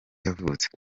yavutse